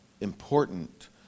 important